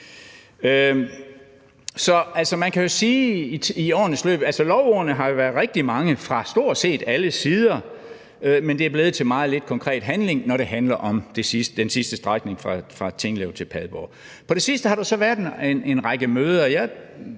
løb har været rigtig mange fra stort set alle sider, men at det er blevet til meget lidt konkret handling, når det handler om den sidste strækning fra Tinglev til Padborg. På det sidste har der så været en række møder,